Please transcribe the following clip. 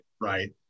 Right